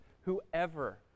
whoever